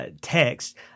Text